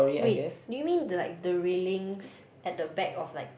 wait do you mean like the railings at the back of like